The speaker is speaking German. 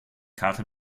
karte